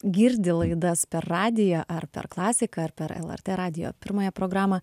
girdi laidas per radiją ar per klasiką ar per lrt radijo pirmąją programą